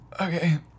okay